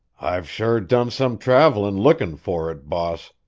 i've sure done some travelin' lookin' for it, boss,